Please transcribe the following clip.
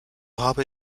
habe